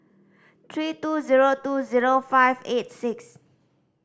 three two zero two zero five eight six